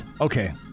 Okay